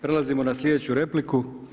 Prelazimo na sljedeću repliku.